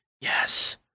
yes